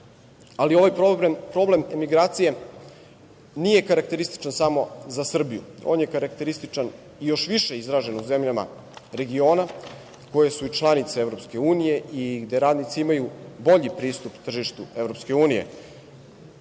problem emigracije nije karakterističan samo za Srbiju, on je karakterističan i još više izražen u zemljama regiona, koje su i članice EU i gde radnici imaju bolji pristup tržištu EU, ali